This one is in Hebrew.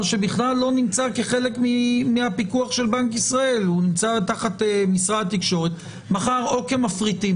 נעגל את המספר, לצורך הדיון,